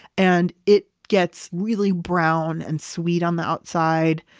and it gets really brown and sweet on the outside.